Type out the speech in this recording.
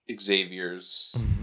Xavier's